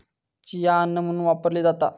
chia अन्न म्हणून वापरली जाता